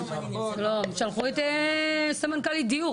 אני לא חושבת --- אל תתפרצי לדברי,